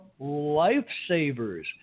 lifesavers